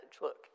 Look